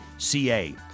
Ca